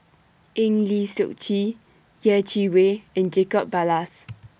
Eng Lee Seok Chee Yeh Chi Wei and Jacob Ballas